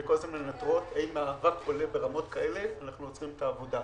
שכל הזמן מנטרות ואם האבק עולה ברמות כאלה אנחנו עוצרים את העבודה.